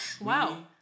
Wow